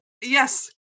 Yes